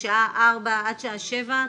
משעה ארבע עד שעה שבע,